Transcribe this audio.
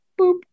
Boop